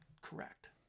correct